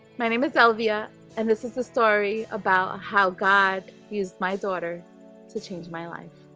my name is elvia and this is the story about how. god used my daughter to change my life